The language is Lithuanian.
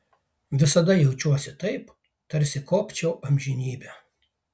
visada jaučiuosi taip tarsi kopčiau amžinybę